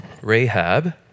Rahab